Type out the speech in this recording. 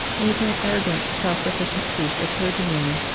and become an arrogant, self-sufficient priest or clergyman.